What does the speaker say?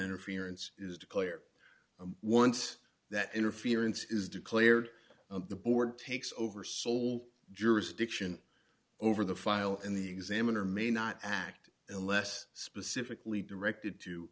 nterference is declared once that interference is declared the board takes over sole jurisdiction over the file in the examiner may not act unless specifically directed to